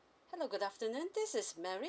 hello good afternoon this is mary